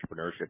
entrepreneurship